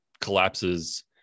collapses